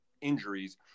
injuries